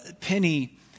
Penny